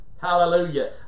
Hallelujah